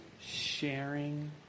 sharing